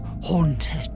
Haunted